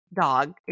dog